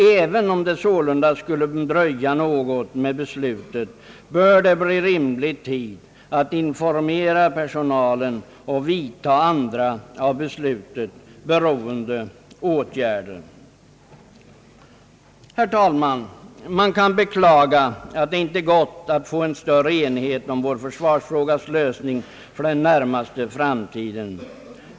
Även om det sålunda skulle dröja något med beslutet, bör det bli rimlig tid att informera personalen och vidta andra av beslutet beroende åtgärder. Herr talman! Man kan beklaga att det inte varit möjligt att nå större enighet om vår försvarsfrågas lösning för den närmaste framtiden.